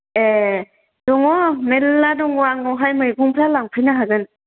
ए दङ मेल्ला दङ आंनावहाय मैगंफ्रा लांफैनो हागोन